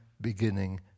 beginning